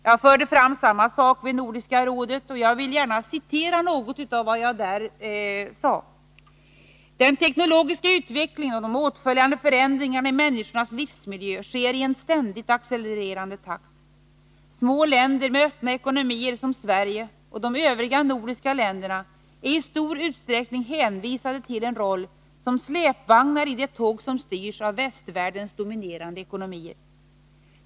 Jag förde fram samma synpunkter vid Nordiska rådet, och jag vill gärna återge något av det jag sade där: Den teknologiska utvecklingen och de åtföljande förändringarna i människornas livsmiljö sker i en ständigt accelererande takt. Små länder med öppna ekonomier, som Sverige och de övriga nordiska länderna, är i stor utsträckning hänvisade till en roll som släpvagnar i det tåg som styrs av "4 Myvästvärldens dominerande ekonomier.